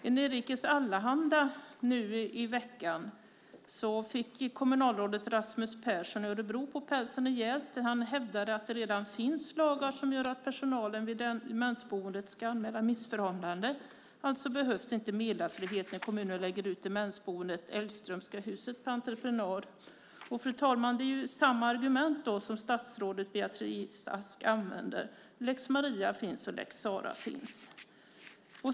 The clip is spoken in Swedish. I Nerikes Allehanda, nu i veckan, fick kommunalrådet Rasmus Persson i Örebro på pälsen rejält då han hävdade att det redan finns lagar som gör att personalen vid demensboendet ska anmäla missförhållanden, och alltså behövs inte meddelarfrihet när kommunen lägger ut demensboendet Elgströmska huset på entreprenad. Och, fru talman, det är ju samma argument som statsrådet Beatrice Ask använder: Lex Maria finns, och lex Sarah finns.